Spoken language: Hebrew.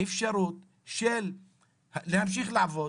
אפשרות של להמשיך לעבוד.